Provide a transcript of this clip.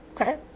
Okay